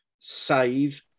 save